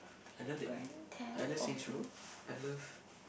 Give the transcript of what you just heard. I love that game I love seeing through I love